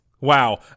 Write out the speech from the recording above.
Wow